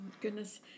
goodness